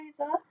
razor